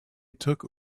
took